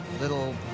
little